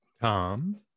Tom